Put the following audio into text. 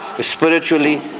Spiritually